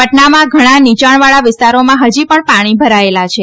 પટનામાં ઘણા નીયાણવાળા વિસ્તારોમાં ફજી પાણી ભરાયેલા છે